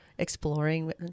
exploring